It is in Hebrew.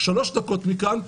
שלוש דקות מכאן.